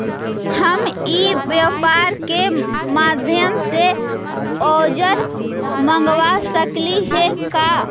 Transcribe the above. हम ई व्यापार के माध्यम से औजर मँगवा सकली हे का?